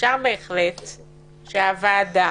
אפשר בהחלט שהוועדה,